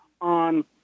on